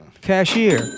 cashier